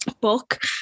book